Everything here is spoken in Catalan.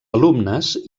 alumnes